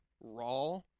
raw